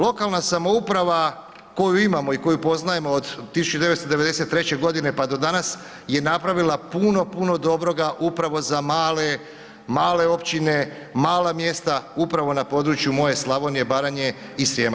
Lokalna samouprava koju imamo i koju poznajemo od 1993. g. pa do danas je napravila puno, puno dobroga upravo za male općine, mala mjesta upravo na području moje Slavonije, Baranje i Srijema.